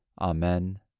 Amen